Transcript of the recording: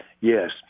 Yes